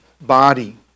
body